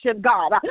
God